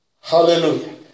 Hallelujah